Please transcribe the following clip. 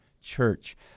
church